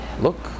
Look